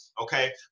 okay